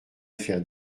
affaire